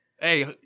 hey